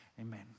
amen